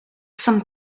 some